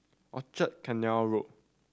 Rochor Canal Road